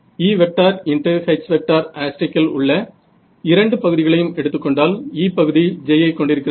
E H இல் உள்ள இரண்டு பகுதிகளையும் எடுத்துக் கொண்டால் E பகுதி j ஐ கொண்டிருக்கிறது